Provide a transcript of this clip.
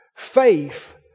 Faith